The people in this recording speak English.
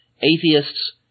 atheists